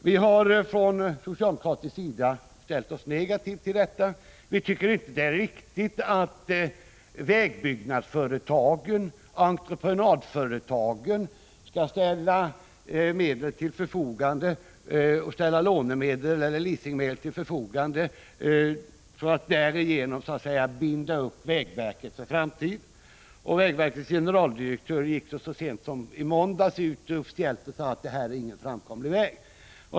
Vi har från socialdemokratisk sida ställt oss negativa till detta. Vi tycker inte det är riktigt att vägbyggnadsföretagen och entreprenadföretagen skall ställa lånemedel och leasingmedel till förfogande för att därigenom så att säga binda upp vägverket för framtiden. Verkets generaldirektör gick så sent som i måndags ut officiellt och sade att detta inte var en framkomlig väg.